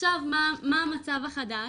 מה המצב החדש?